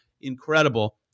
incredible